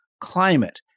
climate